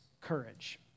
courage